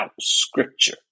Scripture